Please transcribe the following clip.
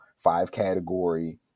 five-category